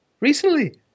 recently